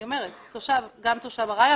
נכון, גם תושב ארעי.